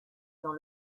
dans